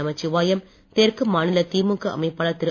நமசிவாயம் தெற்கு மாநில திமுக அமைப்பாளர் திரு